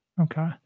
Okay